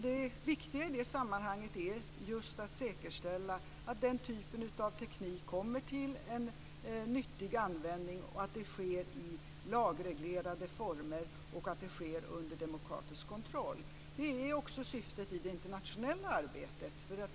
Det viktiga i det sammanhanget är just att säkerställa att den typen av teknik kommer till en nyttig användning, att det sker i lagreglerade former och att det sker under demokratisk kontroll. Det är också syftet i det internationella arbetet.